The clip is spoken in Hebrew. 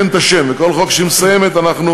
וכל חוק שהיא מסיימת לדון בו,